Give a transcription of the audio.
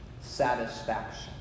satisfaction